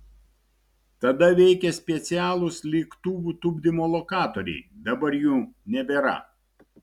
tada veikė specialūs lėktuvų tupdymo lokatoriai dabar jų nebėra